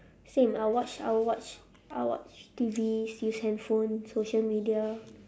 same I'll watch I'll watch I'll watch T_V use handphone social media